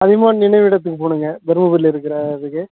அதியமான் நினைவிடத்துக்கு போகணுங்க தர்மபுரியில் இருக்கிற அதுக்கு